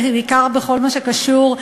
בעיקר בכל מה שקשור,